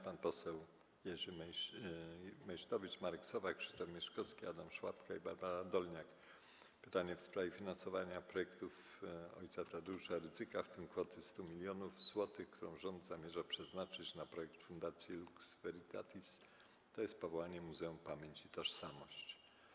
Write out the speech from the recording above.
Państwo posłowie Jerzy Meysztowicz, Marek Sowa, Krzysztof Mieszkowski, Adam Szłapka i Barbara Dolniak - pytanie w sprawie finansowania projektów o. Tadeusza Rydzyka, w tym kwoty 100 mln zł, którą rząd zamierza przeznaczyć na projekt Fundacji Lux Veritatis, to jest powołanie Muzeum „Pamięć i Tożsamość”